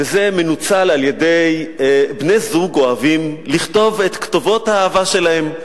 וזה מנוצל על-ידי בני-זוג אוהבים לכתוב את כתובות האהבה שלהם.